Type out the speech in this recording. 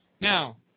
Now